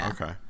Okay